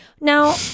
Now